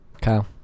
Kyle